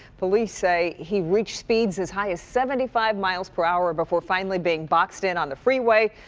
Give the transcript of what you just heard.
police say he reached speeds as high as seventy five miles per hour before finally being boxed in on the freeway.